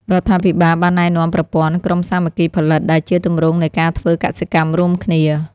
រដ្ឋាភិបាលបានណែនាំប្រព័ន្ធ ក្រុមសាមគ្គីផលិត ដែលជាទម្រង់នៃការធ្វើកសិកម្មរួមគ្នា។